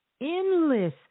endless